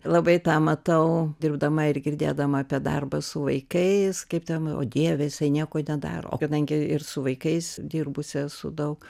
labai tą matau dirbdama ir girdėdama apie darbą su vaikais kaip ten o dieve jisai nieko nedaro kadangi ir su vaikais dirbusi esu daug